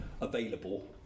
available